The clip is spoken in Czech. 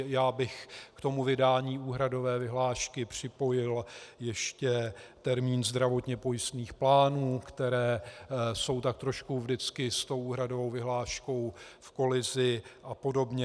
Já bych k tomu vydání úhradové vyhlášky připojil ještě termín zdravotně pojistných plánů, které jsou tak trošku vždycky s úhradovou vyhláškou v kolizi, apod.